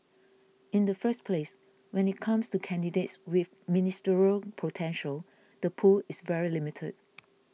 in the first place when it comes to candidates with Ministerial potential the pool is very limited